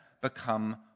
become